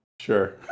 Sure